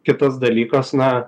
kitas dalykas na